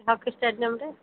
hockey ଷ୍ଟାଡ଼ିୟମ୍ରେ